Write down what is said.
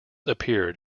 appeared